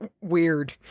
Weird